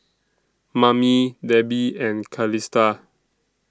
Mamie Debi and Calista